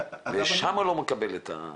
ושם הוא לא מקבל את זה.